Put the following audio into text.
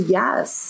yes